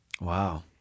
Wow